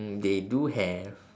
mm they do have